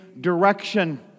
direction